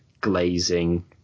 glazing